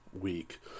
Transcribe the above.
week